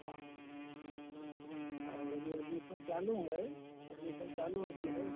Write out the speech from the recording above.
हाँ और अभी एडमीसन चालू है एडमीसन चालू अभी है